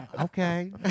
Okay